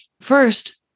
first